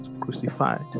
crucified